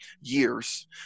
years